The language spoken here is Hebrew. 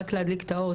רק להדליק את האור,